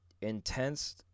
intense